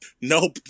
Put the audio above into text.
nope